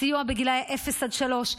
הסיוע לגילי אפס עד שלוש,